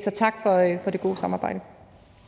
Så tak for det gode samarbejde.